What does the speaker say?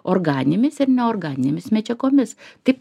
organėmis ir neorganinėmis medžiagomis taip